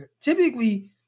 typically